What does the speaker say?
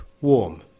warm